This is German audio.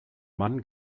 mann